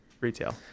Retail